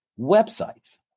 websites